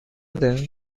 than